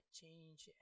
change